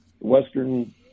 Western